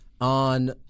on